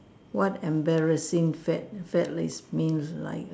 what embarrassing fad fad is means like A